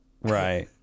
Right